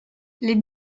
les